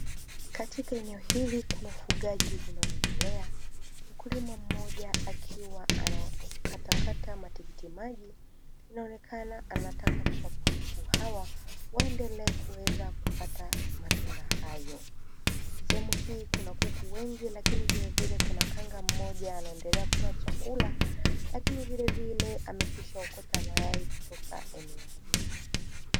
Katika eneo hili kuna ufugaji unaoendelea. Mkulima mmoja akiwa anakatakata matikiti maji, inaonekana anataka kuwapa kuku hawa waendelee kuweza kupata matunda hayo. Sehemu hii kuna kuku wengi lakini vilevile kuna kanga mmoja anaendelea kula chakula, lakini vilevile amekwishaokota mayai kutoka eneo hili.